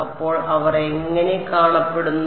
അപ്പോൾ അവർ എങ്ങനെ കാണപ്പെടുന്നു